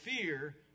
fear